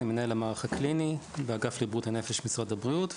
אני מנהל המערך הקליני באגף לבריאות הנפש במשרד הבריאות,